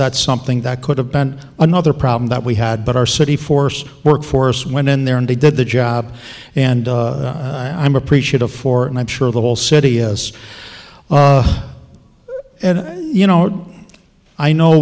that's something that could have been another problem that we had but our city force workforce went in there and they did the job and i'm appreciative for and i'm sure the whole city as you know i know